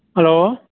hello